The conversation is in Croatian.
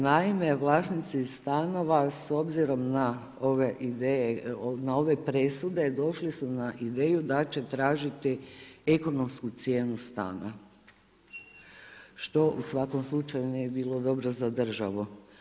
Naime, vlasnici stanova s obzirom na ove ideje, na ove presude došli su na ideju da će tražiti ekonomsku cijenu stana što u svakom slučaju ne bi bilo dobro za državu.